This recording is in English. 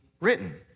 written